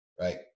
Right